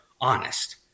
honest